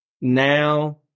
Now